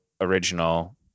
original